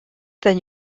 then